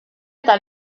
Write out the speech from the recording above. eta